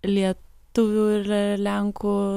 lietuvių ir lenkų